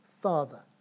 father